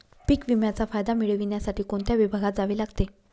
पीक विम्याचा फायदा मिळविण्यासाठी कोणत्या विभागात जावे लागते?